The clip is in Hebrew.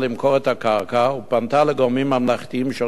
את הקרקע ופנתה לגורמים ממלכתיים שונים,